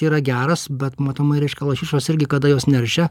yra geras bet matomai reiškia lašišos irgi kada jos neršia